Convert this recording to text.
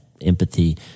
empathy